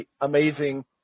amazing